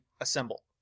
assemble